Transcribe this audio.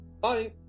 Bye